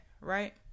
right